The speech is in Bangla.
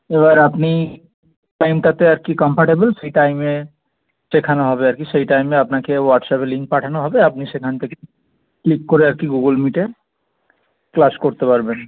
এবার আপনি টাইমটাতে আর কি কামফোর্টেবল সেই টাইমে শেখানো হবে আর কি সেই টাইমে আপনাকে হোয়াটসঅ্যাপে লিংক পাঠানো হবে আপনি সেখান থেকে ক্লিক করে আর কি গুগল মিটে ক্লাস করতে পারবেন